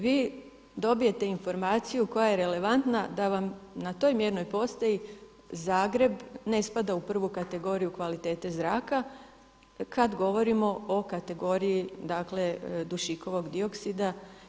Vi dobijete informaciju koja je relevantna da vam na toj mjernoj postaji Zagreb ne spada u prvu kategoriju kvalitete zraka kada govorimo o kategoriji dakle dušikovog dioksida.